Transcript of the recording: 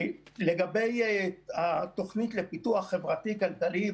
לגבי התוכנית לפיתוח חברתי-כלכלי,